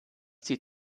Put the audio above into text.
die